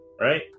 right